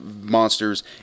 monsters